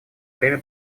время